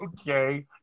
okay